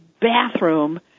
bathroom